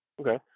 Okay